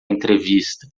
entrevista